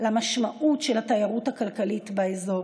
למשמעות של התיירות הכלכלית באזור.